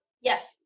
Yes